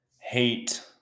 hate